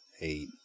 eight